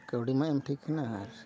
ᱠᱟᱹᱣᱰᱤ ᱢᱟ ᱮᱢ ᱴᱷᱤᱠ ᱦᱮᱱᱟᱜᱼᱟ ᱟᱨ